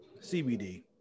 CBD